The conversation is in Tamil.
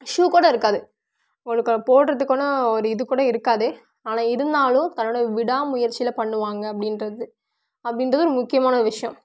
ஷூ கூட இருக்காது ஒழுங்கா போடுறதுக்கான ஒரு இது கூட இருக்காது ஆனால் இருந்தாலும் தன்னோடய விடாமுயற்சியில் பண்ணுவாங்க அப்படின்றது அப்படின்றது ஒரு முக்கியமான விஷயம்